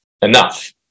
enough